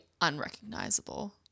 unrecognizable